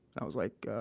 i was like, ah,